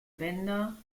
bender